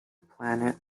planet